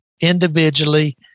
individually